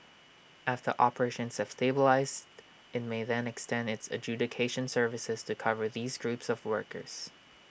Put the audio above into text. after operations have stabilised IT may then extend its adjudication services to cover these groups of workers